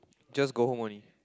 just go home only